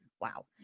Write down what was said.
Wow